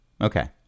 Okay